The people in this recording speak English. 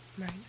Right